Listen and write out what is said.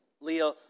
Leah